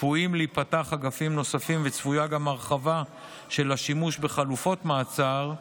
צפויים להיפתח אגפים נוספים וצפויה גם הרחבה של השימוש בחלופות מעצר,